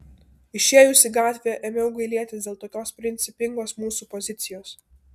išėjus į gatvę ėmiau gailėtis dėl tokios principingos mūsų pozicijos